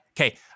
Okay